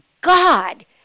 God